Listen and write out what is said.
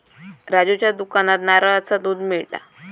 राजूच्या दुकानात नारळाचा दुध मिळता